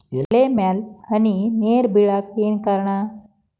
ಎಲೆ ಮ್ಯಾಲ್ ಹನಿ ನೇರ್ ಬಿಳಾಕ್ ಏನು ಕಾರಣ?